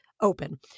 open